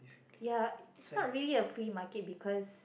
ya it's not really a flea market because